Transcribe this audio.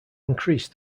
increased